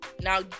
Now